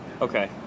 Okay